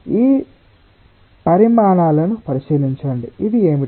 ఈ పరిమాణాలను పరిశీలించండి ఇది ఏమిటి